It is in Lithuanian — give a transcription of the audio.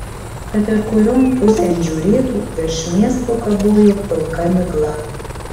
kad ir kurion pusėn žiūrėtų virš miesto kabojo pilka migla